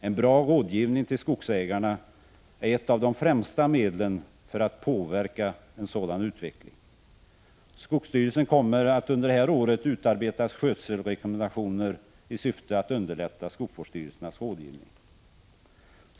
En bra rådgivning till skogsägarna är ett av de främsta medlen för att påverka en sådan utveckling. Skogsstyrelsen kommer att under det här året utarbeta skötselrekommendationer i syfte att underlätta skogsvårdsstyrelsens rådgivning.